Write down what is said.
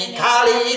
kali